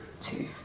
Two